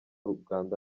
uganda